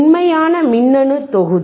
உண்மையான மின்னணு தொகுதி